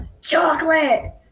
Chocolate